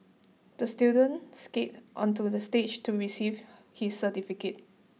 the student skated onto the stage to receive his certificate